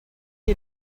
est